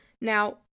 Now